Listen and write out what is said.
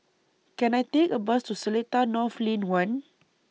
Can I Take A Bus to Seletar North Lane one